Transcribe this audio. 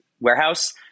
warehouse